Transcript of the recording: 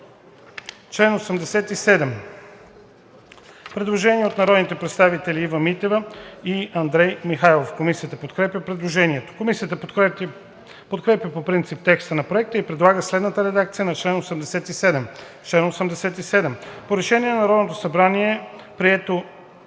чл. 87 има предложение от народните представители Ива Митева и Андрей Михайлов. Комисията подкрепя предложението. Комисията подкрепя по принцип текста на Проекта и предлага следната редакция на чл. 87: „Чл. 87. По решение на Народното събрание, прието